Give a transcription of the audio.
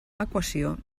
equació